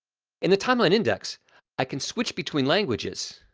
in the timeline index i can switch between languages,